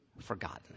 forgotten